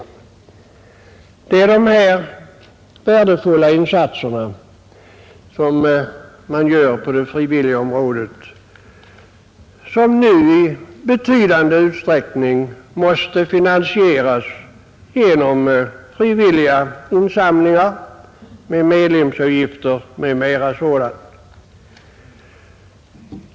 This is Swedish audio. Dessa värdefulla frivilliga insatser måste nu i betydande utsträckning finansieras genom insamlingar, med medlemsavgifter, m.m. sådant.